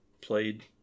played